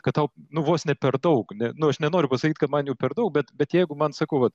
kad tau vos ne per daug ne nu aš nenoriu pasakyt kad man jų per daug bet bet jeigu man sakau vat